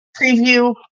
preview